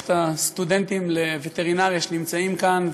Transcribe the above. את הסטודנטים לווטרינריה שנמצאים כאן,